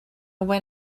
when